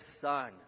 son